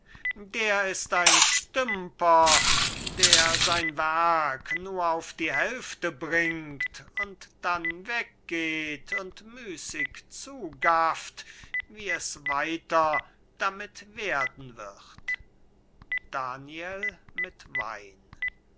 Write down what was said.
der ist ein stümper der sein werk nur auf die helfte bringt und dann weg geht und müßig zugafft wie es weiter damit werden wird